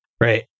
right